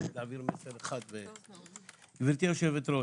גברתי היושבת-ראש,